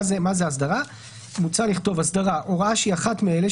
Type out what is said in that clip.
"אסדרה" הוראה שהיא אחת מאלה,